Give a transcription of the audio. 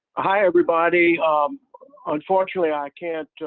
hi everybody um unfortunately, i can't